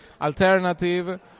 alternative